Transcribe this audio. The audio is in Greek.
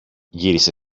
γύρισε